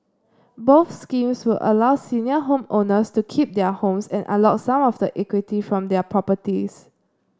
both schemes would allow senior homeowners to keep their homes and unlock some of the equity from their properties